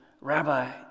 Rabbi